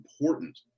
important